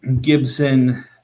Gibson